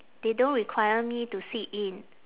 they don't require me to sit in